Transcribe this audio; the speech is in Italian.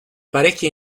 parecchie